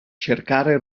cercare